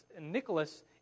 Nicholas